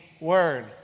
word